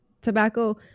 tobacco